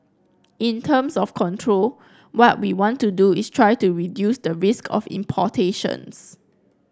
in terms of control what we want to do is try to reduce the risk of importations